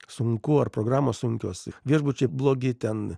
sunku ar programos sunkios viešbučiai blogi ten